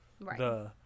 Right